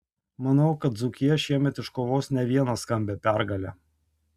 manau kad dzūkija šiemet iškovos ne vieną skambią pergalę